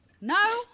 No